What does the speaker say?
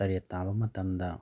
ꯇꯔꯦꯠ ꯇꯥꯕ ꯃꯇꯝꯗ